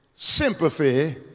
Sympathy